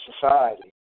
society